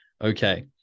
Okay